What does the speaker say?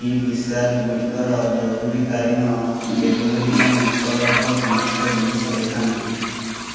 ବି ବିଶାଲ ଗୁଡ଼ିକର ଜରୁରୀକାଳୀନ ଡେଲିଭରି ପାଇଁ ଉପଲବ୍ଧ ସମସ୍ତ ଜିନିଷ ଦେଖାନ୍ତୁ